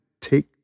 take